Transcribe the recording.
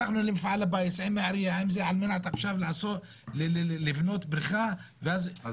הלכנו למפעל הפיס עם העירייה על מנת לבנות בריכה -- אז